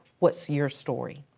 what's your story?